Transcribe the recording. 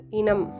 inam